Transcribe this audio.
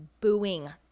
booing